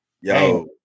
Yo